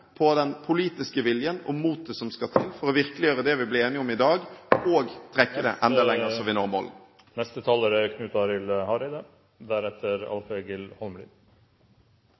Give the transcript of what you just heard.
på den politiske viljen og motet som skal til for å virkeliggjøre det som vi ble enige om i dag, og trekke det enda lenger, slik at vi når målene. Det er